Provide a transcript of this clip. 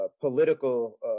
political